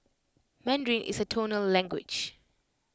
Mandarin is A tonal language